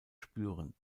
spüren